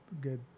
good